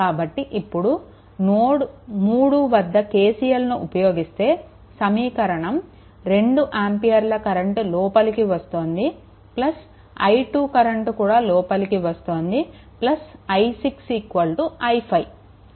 కాబట్టి ఇప్పుడు నోడ్3 వద్ద KCLను ఉపయోగిస్తే సమీకరణం 2 ఆంపియర్ల కరెంట్ లోపటికి వస్తుంది i3 కరెంట్ కూడా లోపలికి వస్తుంది i6 i5